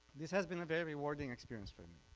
this has been a very rewarding experience for me,